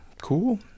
cool